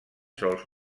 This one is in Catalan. sols